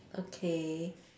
okay